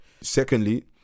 secondly